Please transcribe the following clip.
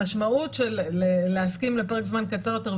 המשמעות של להסכים לפרק זמן קצר יותר,